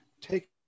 take